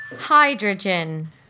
Hydrogen